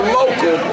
local